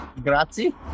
Grazie